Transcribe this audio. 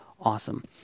awesome